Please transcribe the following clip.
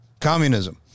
Communism